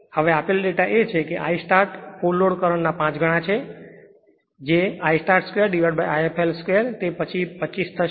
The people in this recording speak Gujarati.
હવે આપેલ ડેટા એ છે કે I start full load current ના 5 ગણા છે જે ફુલ લોડ કરંટ ના 5 ગણા છે જે I start 2I fl 2 તે પછી 25 થશે